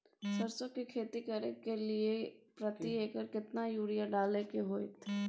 सरसो की खेती करे के लिये प्रति एकर केतना यूरिया डालय के होय हय?